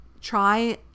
try